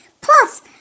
Plus